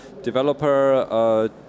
developer